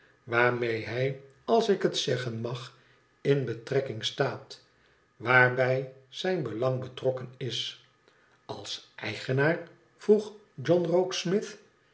waarmee hij als ik het zeggen mag in betrekking staat waarbij zijn belang betrokken is als eigenaar vroeg john